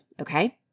okay